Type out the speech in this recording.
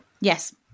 Yes